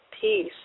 peace